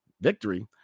victory